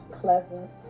pleasant